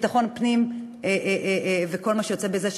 ביטחון פנים וכל מה שכלול בזה.